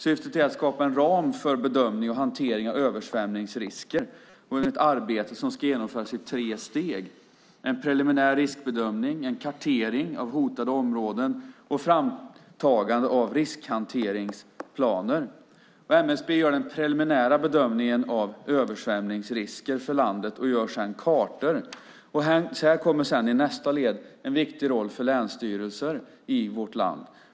Syftet är att skapa en ram för bedömning och hantering av översvämningsrisker, och det är ett arbete som ska genomföras i tre steg: en preliminär riskbedömning, en kartering av hotade områden och framtagande av riskhanteringsplaner. MSB gör den preliminära bedömningen av översvämningsrisker för landet och gör sedan karteringar. Sedan kommer i nästa led en viktig roll för länsstyrelser i vårt land.